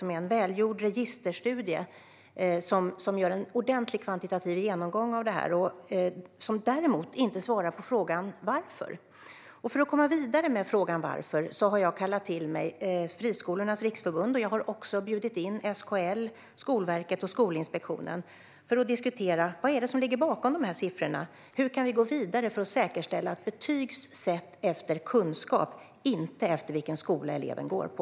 Det är en välgjord registerstudie där man har gjort en ordentlig kvantitativ genomgång av detta, men däremot svarar den inte på frågan "Varför?". För att komma vidare med den frågan har jag kallat till mig Friskolornas Riksförbund. Jag har också bjudit in SKL, Skolverket och Skolinspektionen för att diskutera vad som ligger bakom siffrorna och hur vi kan gå vidare för att säkerställa att betyg sätts efter kunskap och inte vilken skola eleven går på.